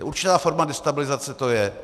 Určitá forma destabilizace to je.